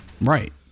Right